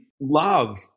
love